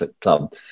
club